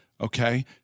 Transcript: Okay